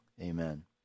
Amen